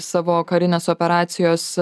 savo karinės operacijos